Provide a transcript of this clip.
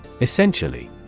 Essentially